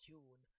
June